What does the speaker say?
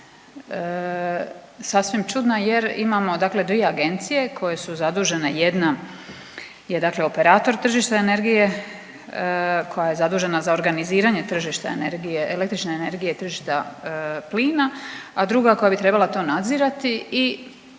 sasvim čudna jer imamo dakle dvije agencije koje su zadužene jedna je dakle operator tržišta energije koja je zadužena za organiziranje tržišta energije, električne energije i tržišta plina, a druga koja bi trebala to nadzirati i